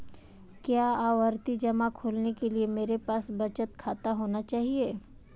क्या आवर्ती जमा खोलने के लिए मेरे पास बचत खाता होना चाहिए?